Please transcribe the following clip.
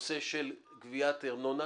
נושא של גביית ארנונה,